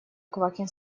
квакин